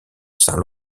saint